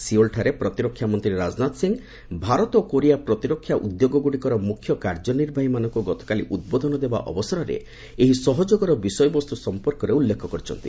ସିଓଲଠାରେ ପ୍ରତିରକ୍ଷାମନ୍ତ୍ରୀ ରାଜନାଥ ସିଂହ ଭାରତ ଓ କୋରିଆ ପ୍ରତିରକ୍ଷା ଉଦ୍ୟୋଗଗୁଡ଼ିକର ମୁଖ୍ୟ କାର୍ଯ୍ୟନିର୍ବାହୀ ମାନଙ୍କୁ ଗତକାଲି ଉଦ୍ବୋଧନ ଦେବା ଅବସରରେ ଏହି ସହଯୋଗର ବିଷୟବସ୍ତୁ ସଂପର୍କରେ ଉଲ୍ଲେଖ କରିଛନ୍ତି